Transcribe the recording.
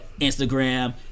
Instagram